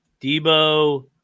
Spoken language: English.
Debo